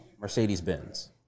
Mercedes-Benz